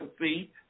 See